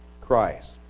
Christ